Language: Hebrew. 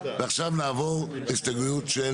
ועכשיו נעבור להסתייגויות של